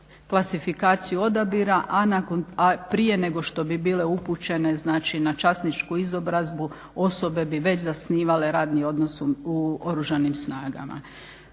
klasifikaciju odabira a prije nego što bi bile upućene na časničku izobrazbu osobe bi već zasnivale radni odnos u oružanim snagama.